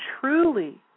truly